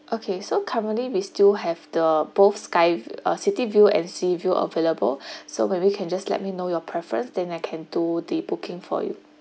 okay so currently we still have the both sky uh city view and sea view available so when we can just let me know your preference than I can do the booking for you